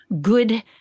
good